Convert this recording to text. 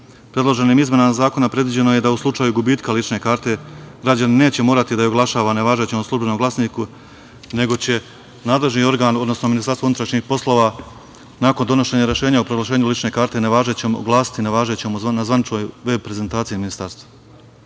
Predloženim izmenama zakona predviđeno je da u slučaju gubitka lične karte građanin neće morati da je oglašava nevažećom u „Službenom glasniku“, nego će nadležni organ, odnosno Ministarstvo unutrašnjih poslova, nakon donošenja rešenja o proglašenju lične karte nevažećom, oglasiti nevažećom na zvaničnoj veb prezentaciji Ministarstva. Izmene